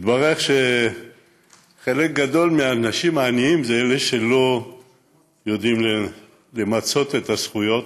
התברר שחלק גדול מהאנשים העניים הם אלה שלא יודעים למצות את הזכויות